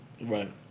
right